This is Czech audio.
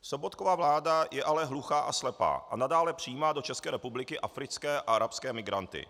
Sobotkova vláda je ale hluchá a slepá a nadále přijímá do České republiky africké a arabské migranty.